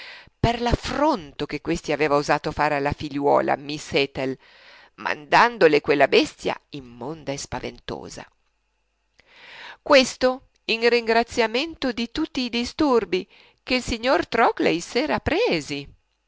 per l'affronto che questi aveva osato fare alla figliuola miss ethel mandandole quella bestia immonda e spaventosa questo in ringraziamento di tutti i disturbi che il povero signor trockley s'è presi